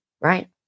right